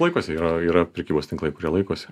laikosi yra yra prekybos tinklai kurie laikosi